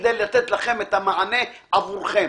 כדי לתת לכם את המענה עבורכם,